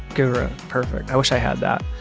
guru. perfect. i wish i had that.